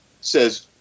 says